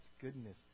goodness